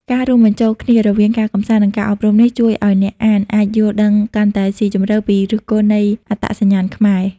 ការរួមបញ្ចូលគ្នារវាងការកម្សាន្ត និងការអប់រំនេះ ជួយឲ្យអ្នកអានអាចយល់ដឹងកាន់តែស៊ីជម្រៅពីឫសគល់នៃអត្តសញ្ញាណខ្មែរ។